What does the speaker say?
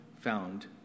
found